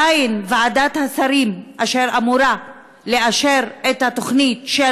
ועדת השרים אשר אמורה לאשר את התוכנית של